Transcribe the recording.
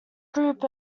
group